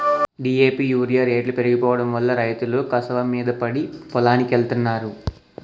DAP urea రేట్లు పెరిగిపోడంవల్ల రైతులు కసవమీద పడి పొలానికెత్తన్నారు